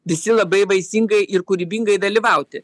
visi labai vaisingai ir kūrybingai dalyvauti